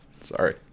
sorry